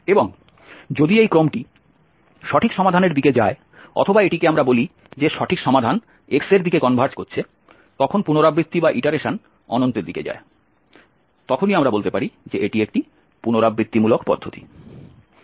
এবং যদি এই ক্রমটি সঠিক সমাধানের দিকে যায় অথবা এটিকে আমরা বলি যে সঠিক সমাধান x এর দিকে কনভার্জ করছে যখন পুনরাবৃত্তি অনন্তের দিকে যায় তখনই আমরা বলতে পারি যে এটি একটি পুনরাবৃত্তিমূলক পদ্ধতি